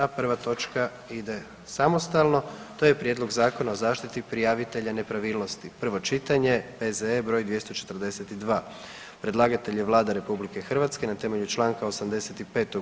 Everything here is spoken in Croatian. a prva točka ide samostalno to je: - Prijedlog Zakona o zaštiti prijavitelja nepravilnosti, prvo čitanje, P.Z.E. broj 242 Predlagatelj je Vlada RH na temelju Članka 85.